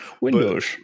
Windows